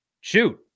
shoot